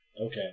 Okay